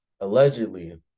allegedly